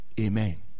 Amen